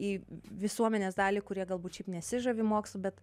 į visuomenės dalį kurie galbūt šiaip nesižavi mokslu bet